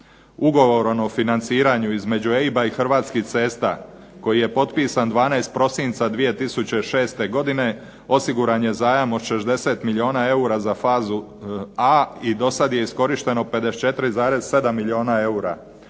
Ugovorom o financiranju između EIB-a i Hrvatskih cesta koji je potpisan 12. prosinca 2006. godine osiguran je zajam od 60 milijuna eura za fazu A i dosad je iskorišteno 54,7 milijuna eura,